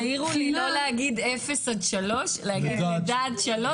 העירו לי לא להגיד 0-3 אלא להגיד לידה עד 3,